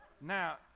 now